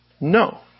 No